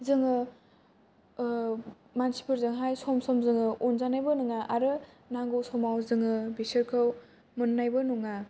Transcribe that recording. जोङो मानसि फोरजों हाय सम सम जोङो अनजानायबो नङा आरो नांगौ समाव जोङो बिसोरखौ मोननायबो नङा